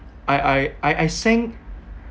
I I I I sang